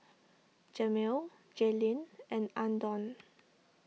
Jamil Jaylene and andon